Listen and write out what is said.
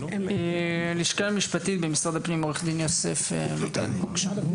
הלשכה המשפטית במשרד הפנים, עו"ד יוסף, בבקשה.